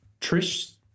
trish